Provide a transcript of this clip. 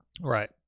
Right